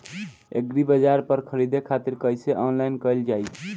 एग्रीबाजार पर खरीदे खातिर कइसे ऑनलाइन कइल जाए?